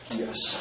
yes